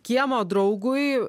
kiemo draugui